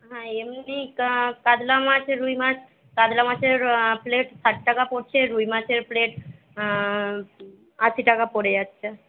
হ্যাঁ এমনি কাতলা মাছ রুই মাছ কাতলা মাছের প্লেট ষাট টাকা পড়ছে রুই মাছের প্লেট আশি টাকা পড়ে যাচ্ছে